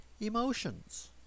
emotions